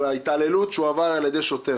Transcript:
על ההתעללות שהוא עבר על ידי שוטר.